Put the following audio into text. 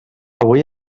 avui